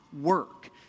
work